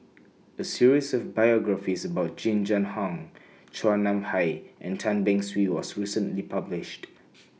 A series of biographies about Jing Jun Hong Chua Nam Hai and Tan Beng Swee was recently published